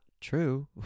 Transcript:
true